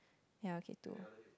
ya okay two